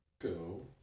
Go